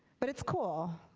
but it's cool,